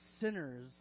sinners